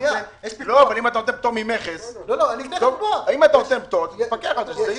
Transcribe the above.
אם אתה נותן פטור על מכס אז תפקח שזה יהיה.